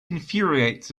infuriates